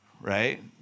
right